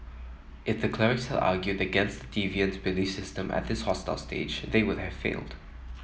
it's a clerics argued against deviants belief system at this hostile stage they would have failed